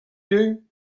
you